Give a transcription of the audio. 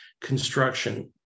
construction